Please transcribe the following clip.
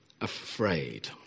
afraid